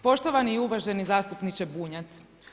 Poštovani i uvaženi zastupniče Bunjac.